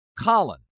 colin